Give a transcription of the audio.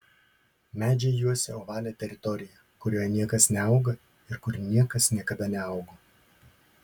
medžiai juosia ovalią teritoriją kurioje niekas neauga ir kur niekas niekada neaugo